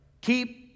Keep